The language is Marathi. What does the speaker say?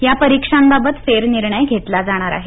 या परीक्षांबाबत फेरनिर्णय घेतला जाणार आहे